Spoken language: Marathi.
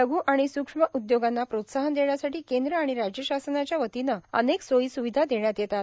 लघ् आणि सूक्ष्म उद्योगांना प्रोत्साहन देण्यासाठी केंद्र आणि राज्य शासनाच्या वतीने अनेक सोयीस्विधा देण्यात येतात